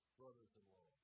brothers-in-law